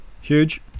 Huge